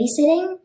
babysitting